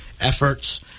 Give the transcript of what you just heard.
efforts